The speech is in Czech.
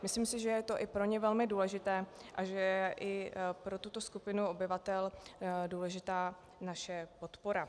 Myslím si, že je to i pro ně velmi důležité a že i pro tuto skupinu obyvatel je důležitá naše podpora.